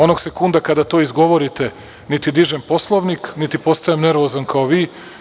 Onog sekunda kada to izgovorite niti dižem Poslovnik niti postajem nervozan kao vi.